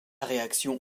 réaction